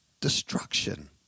destruction